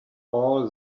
all